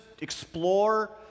explore